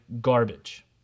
garbage